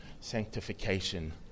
sanctification